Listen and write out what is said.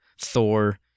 Thor